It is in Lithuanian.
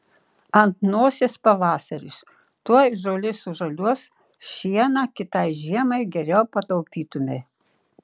ant nosies pavasaris tuoj žolė sužaliuos šieną kitai žiemai geriau pataupytumei